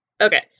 Okay